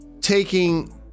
taking